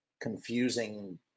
confusing